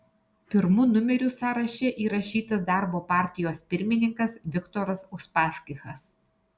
pirmu numeriu sąraše įrašytas darbo partijos pirmininkas viktoras uspaskichas